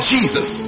Jesus